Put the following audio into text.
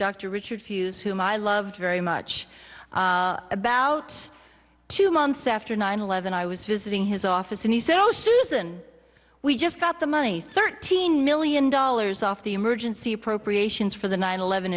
dr richard fuz whom i love very much about two months after nine eleven i was visiting his office and he said oh susan we just got the money thirteen million dollars off the emergency appropriations for the nine eleven